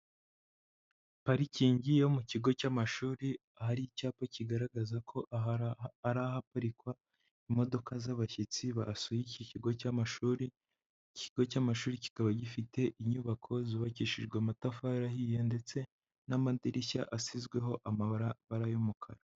Parikingi yo mu kigo cy'amashuri, ahari icyapa kigaragaza ko ari ahaparikwa imodoka z'abashyitsi basuye iki kigo cy'amashuri. Iki kigo cy'amashuri kikaba gifite inyubako zubakishijwe amatafari ahiye, ndetse n'amadirishya asizweho amabarabara y'umukara.